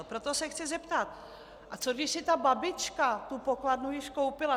Proto se chci zeptat a co když si babička pokladnu již koupila?